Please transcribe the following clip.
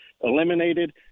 eliminated